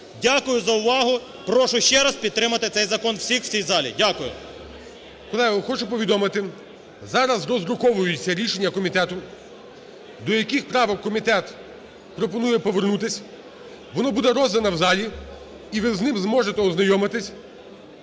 Дякую за увагу. Прошу ще раз підтримати цей закон всіх в цій залі. Дякую. ГОЛОВУЮЧИЙ. Колеги, хочу повідомити, зараз роздруковується рішення комітету, до яких правок комітет пропонує повернутись. Воно буде роздане в залі, і ви з ним зможете ознайомитись,